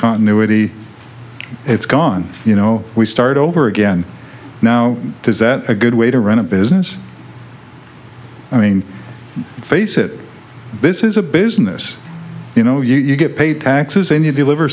continuity it's gone you know we start over again now is that a good way to run a business i mean face it this is a business you know you get paid taxes and you deliver